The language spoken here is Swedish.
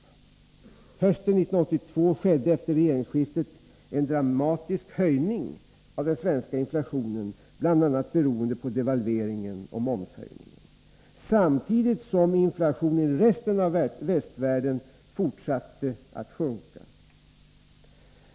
Hösten 1982 skedde efter regeringsskiftet en dramatisk höjning av den svenska inflationen, bl.a. beroende på devalvering och momshöjning, samtidigt som inflationen i resten av västvärlden fortsatte att sjunka.